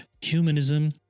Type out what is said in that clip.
humanism